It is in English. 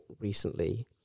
recently